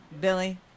Billy